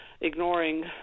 ignoring